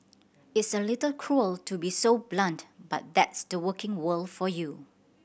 it's a little cruel to be so blunt but that's the working world for you